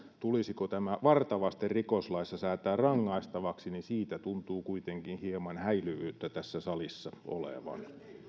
tulisiko tämä varta vasten rikoslaissa säätää rangaistavaksi tuntuu kuitenkin hieman häilyvyyttä tässä salissa olevan no